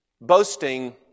Boasting